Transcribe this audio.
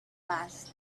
passed